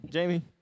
Jamie